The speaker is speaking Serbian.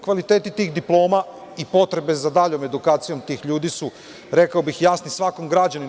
Kvaliteti tih diploma i potrebe za daljom edukacijom tih ljudi su, rekao bih, jasni svakom građaninu.